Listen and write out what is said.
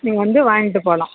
நீங்கள் வந்து வாங்கிகிட்டு போகலாம்